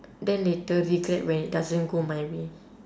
then later regret when it doesn't go my way